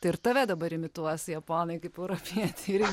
tai ir tave dabar imituos japonai kaip europietį irgi